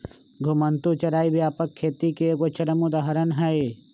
घुमंतू चराई व्यापक खेती के एगो चरम उदाहरण हइ